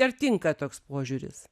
ar tinka toks požiūris